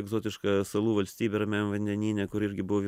egzotiška salų valstybė ramiajame vandenyne kur irgi buvo